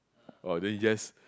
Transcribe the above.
oh then you just